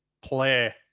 play